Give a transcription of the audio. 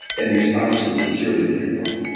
and your spouse is sincerely ticked off.